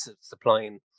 supplying